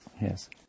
Yes